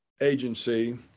agency